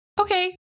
Okay